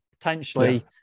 Potentially